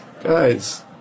Guys